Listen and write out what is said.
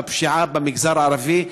בפשיעה במגזר הערבי,